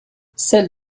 celle